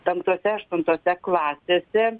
penktose aštuntose klasėse